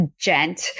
gent